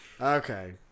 okay